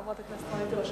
חברת הכנסת תירוש.